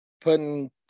putting